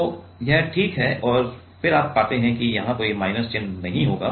तो यह ठीक है और फिर आप पाते हैं कि यहां कोई माइनस चिन्ह नहीं होगा